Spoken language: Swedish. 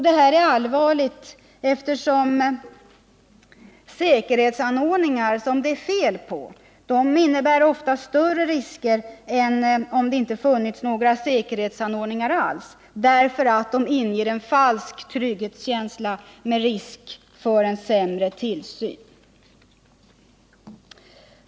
Detta är allvarligt, eftersom defekta säkerhetsanordningar ofta innebär större risker än inga säkerhetsanordningar alls, då de ger en falsk trygghetskänsla med risk för sämre tillsyn.